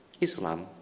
Islam